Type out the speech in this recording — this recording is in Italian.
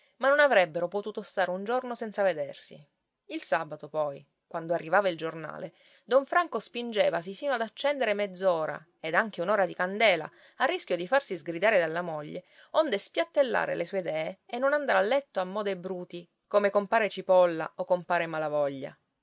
ma non avrebbero potuto stare un giorno senza vedersi il sabato poi quando arrivava il giornale don franco spingevasi sino ad accendere mezz'ora ed anche un'ora di candela a rischio di farsi sgridare dalla moglie onde spiattellare le sue idee e non andare a letto a mo dei bruti come compare cipolla o compare malavoglia